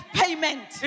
payment